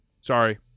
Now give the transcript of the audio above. sorry